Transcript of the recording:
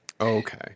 Okay